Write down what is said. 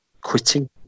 quitting